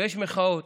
יש מחאות,